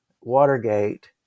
Watergate